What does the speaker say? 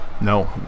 No